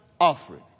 offering